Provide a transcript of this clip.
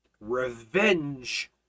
revenge